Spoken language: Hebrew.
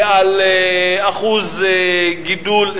ועל אחוז גידול,